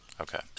Okay